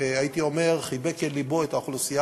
והייתי אומר חיבק אל לבו את האוכלוסייה